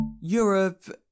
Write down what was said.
Europe